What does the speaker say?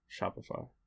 Shopify